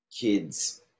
kids